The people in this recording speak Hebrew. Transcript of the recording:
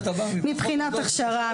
מבחינת הכשרה,